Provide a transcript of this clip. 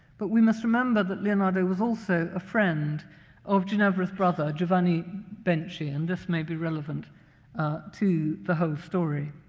but we must remember that leonardo was also a friend of ginevra's brother, giovanni benci, and this may be relevant to the whole story.